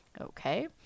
Okay